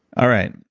all right.